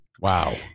Wow